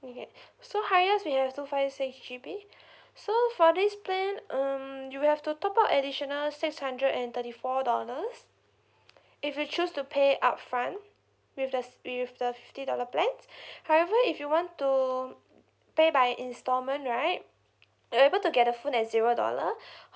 okay so highest we have two five six G_B so for this plan mm you will have to top up additional six hundred and thirty four dollars if you choose to pay upfront with the with the fifty dollar plans however if you want to pay by installment right you're able to get a phone at zero dollar